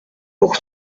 pour